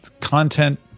content